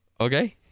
okay